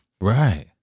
Right